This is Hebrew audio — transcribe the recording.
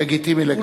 לגיטימי לגמרי.